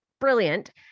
brilliant